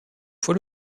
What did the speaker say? fois